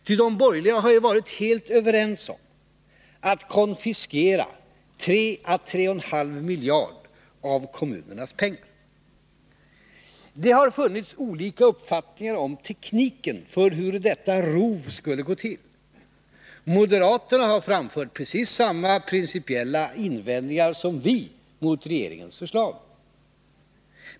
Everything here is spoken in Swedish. Ty de borgerliga har ju varit helt överens om att konfiskera 3-3 1/2 miljard av kommunernas pengar. Det har funnits olika uppfattningar om tekniken för hur detta rov skulle gå till. Moderaterna har framfört precis samma principiella invändningar som vi mot regeringens förslag.